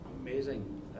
amazing